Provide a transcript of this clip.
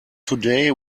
today